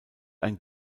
ein